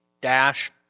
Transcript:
dash